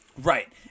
Right